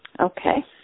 Okay